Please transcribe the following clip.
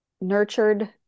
nurtured